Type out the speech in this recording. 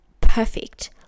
perfect